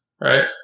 right